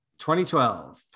2012